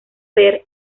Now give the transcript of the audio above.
ver